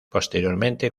posteriormente